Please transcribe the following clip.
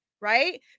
Right